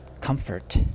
comfort